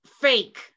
fake